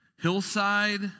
Hillside